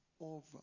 over